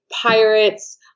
pirates